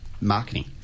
marketing